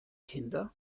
kinder